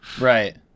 Right